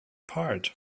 part